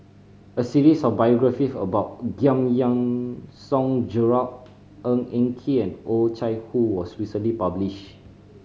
a series of biographies about Giam Yean Song Gerald Ng Eng Kee and Oh Chai Hoo was recently published